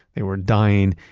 they were dying,